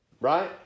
Right